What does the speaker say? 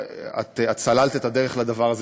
את סללת את הדרך לדבר הזה,